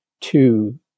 two